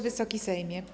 Wysoki Sejmie!